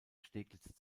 steglitz